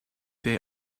they